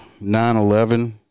9-11